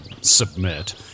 submit